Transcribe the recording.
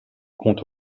compte